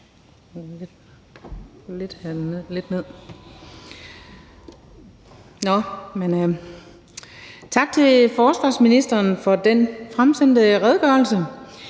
tak til forsvarsministeren for den fremsendte redegørelse.